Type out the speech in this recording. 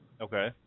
Okay